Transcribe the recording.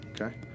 Okay